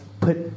put